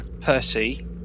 Percy